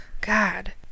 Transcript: God